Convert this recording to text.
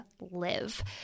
live